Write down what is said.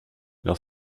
leur